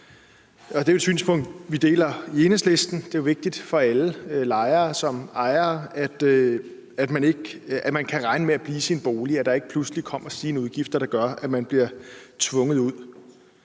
det er jo et synspunkt, vi deler i Enhedslisten. Det er vigtigt for alle, lejere som ejere, at man kan regne med at blive i sin bolig, og at der ikke pludselig kommer stigende udgifter, der gør, at man bliver tvunget ud.